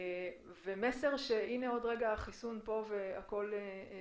מסר שהנה בעוד רגע החיסון פה וממשיכים